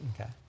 Okay